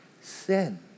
sin